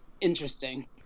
interesting